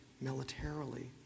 militarily